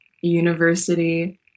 university